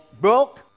broke